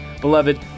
Beloved